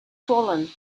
swollen